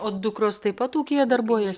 o dukros taip pat ūkyje darbuojasi